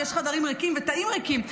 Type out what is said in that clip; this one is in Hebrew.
ויש חדרים ריקים ותאים ריקים.